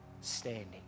standing